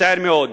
מצער מאוד.